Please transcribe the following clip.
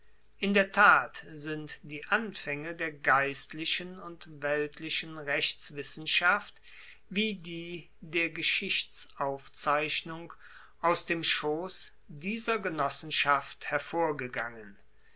in der tat sind die anfaenge der geistlichen und weltlichen rechtswissenschaft wie die der geschichtsaufzeichnung aus dem schoss dieser genossenschaft hervorgegangen